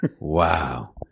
Wow